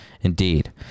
indeed